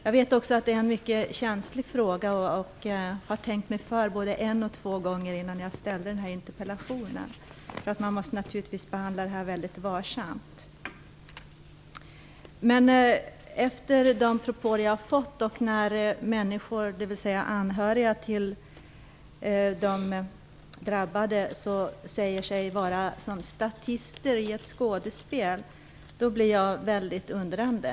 Jag vet också att det är en mycket känslig fråga, och jag har tänkt mig för både en och två gånger innan jag ställt den här interpellationen, Man måste naturligtvis behandla denna fråga mycket varsamt. Men när anhöriga säger att de känner sig som statister i ett skådespel, blir jag väldigt undrande.